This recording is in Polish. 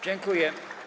Dziękuję.